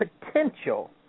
potential